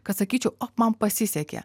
kad sakyčiau ot man pasisekė